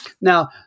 Now